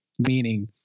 Meaning